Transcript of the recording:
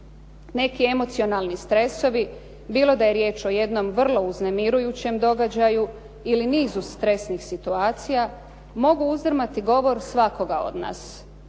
Neki emocionalni stresovi, bilo da je riječ o jednom vrlo uznemirujućem događaju ili nizu stresnih situacija, mogu uzdrmati govor svakoga od nas,